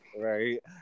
Right